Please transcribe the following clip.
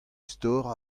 istor